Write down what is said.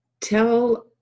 Tell